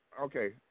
okay